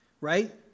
Right